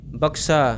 baksa